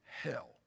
hell